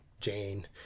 jane